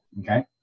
Okay